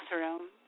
bathroom